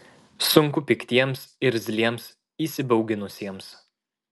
sunku piktiems irzliems įsibauginusiems